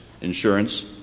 insurance